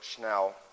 Now